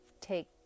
take